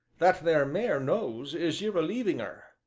that there mare knows as you're a-leaving her.